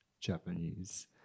Japanese